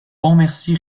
pontmercy